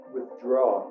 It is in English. withdraw